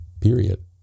Period